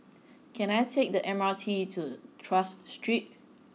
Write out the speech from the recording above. can I take the M R T to Tras Street